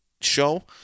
show